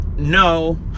No